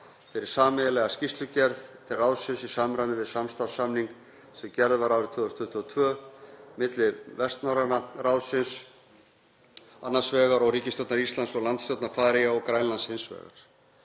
fyrir sameiginlega skýrslugerð til ráðsins í samræmi við samstarfssamning sem gerður var árið 2022 milli Vestnorræna ráðsins annars vegar og ríkisstjórnar Íslands og landsstjórna Færeyja og Grænlands hins vegar.